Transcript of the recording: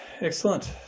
Excellent